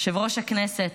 יושב-ראש הישיבה,